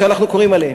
ואנחנו קוראים עליהן,